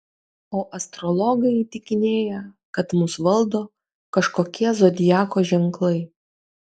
o astrologai įtikinėja kad mus valdo kažkokie zodiako ženklai